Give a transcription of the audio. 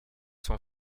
sont